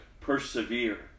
persevere